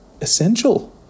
essential